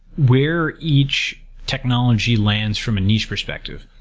where each technology lands from a niche perspective.